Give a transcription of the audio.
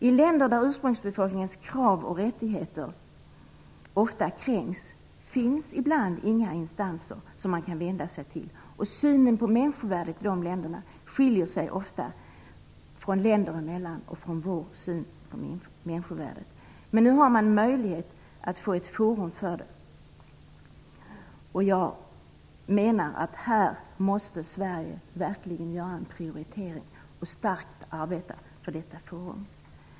I länder där ursprungsbefolkningens krav och rättigheter ofta kränks finns ibland inga instanser som man kan vända sig till, och synen på människovärdet i de länderna skiljer sig ofta från vår syn. Men nu har man möjlighet att få ett forum för det. Här måste Sverige verkligen göra en prioritering och starkt arbeta för detta forum.